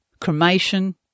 cremation